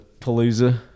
palooza